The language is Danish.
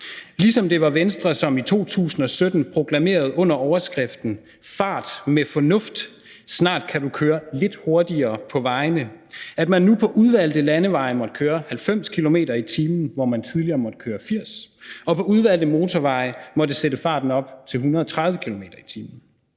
ligesom det var Venstre, som i 2017 proklamerede – under overskriften: Fart med fornuft. Snart kan du køre lidt hurtigere på vejene – at man nu på udvalgte landevejen må køre 90 km/t, hvor man tidligere måtte køre 80 km/t, og at man på udvalgte motorveje måtte sætte farten op til 130 km/t.